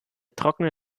trockene